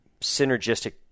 synergistic